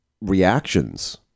reactions